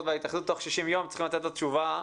והתאחדות תוך 60 יום צריכים לתת לו תשובה.